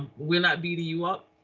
we're not beating you up.